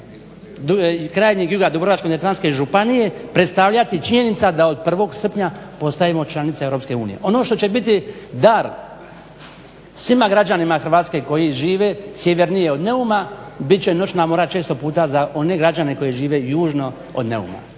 krajnjeg juga Dubrovačko-neretvanske županije predstavljati činjenica da od 1. Srpnja postajemo članica EU. Ono što će biti dar svima građanima Hrvatske koji žive sjevernije od Neuma bit će noćna mora često puta za one građene koji žive južno od Neuma.